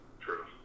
True